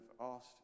asked